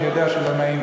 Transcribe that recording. אני יודע שלא נעים,